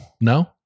no